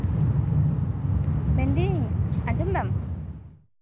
ᱢᱮᱱᱫᱤᱧ ᱟᱸᱡᱚᱢ ᱫᱟᱢ